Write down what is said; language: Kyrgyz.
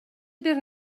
бир